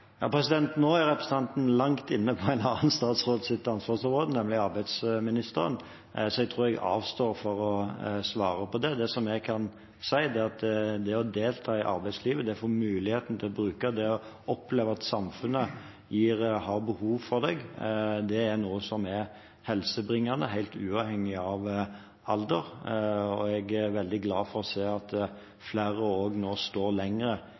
Nå er representanten langt inne på en annen statsråds ansvarsområde, nemlig arbeidsministerens, så jeg tror jeg avstår fra å svare på det. Det jeg kan si, er at å delta i arbeidslivet, det å oppleve at samfunnet har behov for en, er noe som er helsebringende, helt uavhengig av alder. Jeg er veldig glad for å se at flere nå står